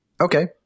Okay